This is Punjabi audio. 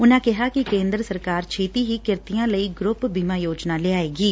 ਉਨੂਾਂ ਕਿਹਾ ਕਿ ਕੇ ਂਦਰ ਸਰਕਾਰ ਛੇਤੀ ਹੀ ਕਿਰਤੀਆਂ ਲਈ ਗਰੁੱਪ ਬੀਮਾ ਯੋਜਨਾ ਲਿਆਏਗੀ